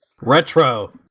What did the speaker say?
retro